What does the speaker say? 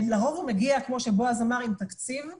לרוב הוא מגיע, כמו שבועז אמר, עם תקציב מוגבל,